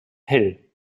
hell